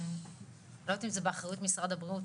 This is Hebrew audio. אני לא יודעת אם זה באחריות משרד הבריאות,